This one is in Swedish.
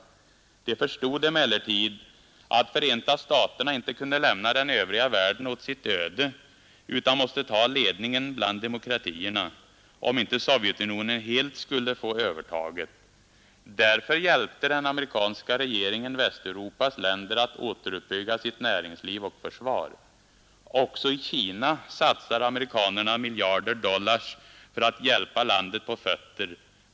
De förstod emellertid, att Förenta staterna inte kunde lämna den övriga världen at sitt öde utan måste ta ledningen bland demokratierna, om inte Sovjetunionen helt skulle få övertaget. Därför hjälpte den amerikanska regeringen Västeuropas länder att ateruppbygga sitt näringsliv och försvar. Också i Kina satsade amerikanerna miljarder dollars för att hjälpa landet på fötter.